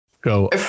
go